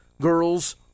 girls